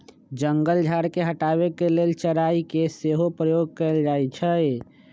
जंगल झार के हटाबे के लेल चराई के सेहो प्रयोग कएल जाइ छइ